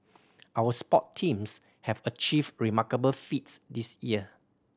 our sport teams have achieved remarkable feats this year